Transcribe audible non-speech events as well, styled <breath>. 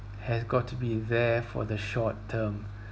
has got to be there for the short term <breath>